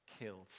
killed